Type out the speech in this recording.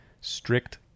strict